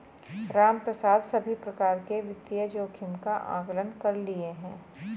रामप्रसाद सभी प्रकार के वित्तीय जोखिम का आंकलन कर लिए है